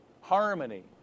Harmony